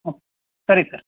ಹ್ಞೂ ಸರಿ ಸರ್